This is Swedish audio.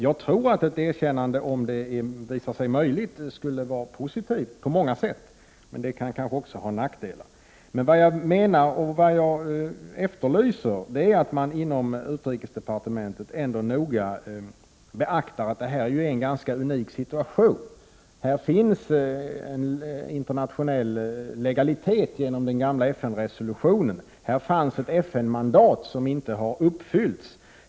Jag tror att ett erkännande, om det visar sig möjligt, skulle vara positivt på många sätt. Men det kan kanske också ha nackdelar. Vad jag efterlyser är att man inom utrikesdepartementet noga beaktar att detta är en unik situation. Här finns en internationell legalitet genom den gamla FN-resolutionen. Här fanns ett FN-mandat som inte har uppfyllts.